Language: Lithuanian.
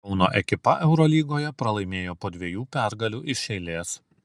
kauno ekipa eurolygoje pralaimėjo po dviejų pergalių iš eilės